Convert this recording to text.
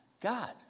God